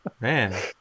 man